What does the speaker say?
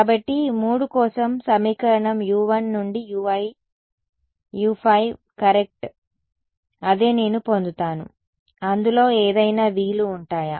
కాబట్టి 3 కోసం సమీకరణం u1 నుండి u5 కరెక్ట్ అదే నేను పొందుతాను అందులో ఏదైనా v లు ఉంటాయా